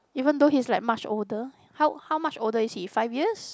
even though he's like much older how how much older is he five years